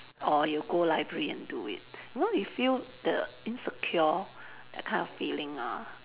or you go library and do it you know you feel the insecure that kind of feeling ah